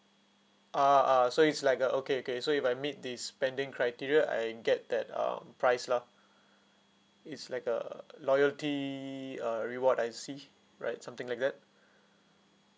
a'ah so it's like the okay okay so if I meet the spending criteria I get that um price lah it's like a loyalty uh reward I see right something like that